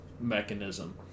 mechanism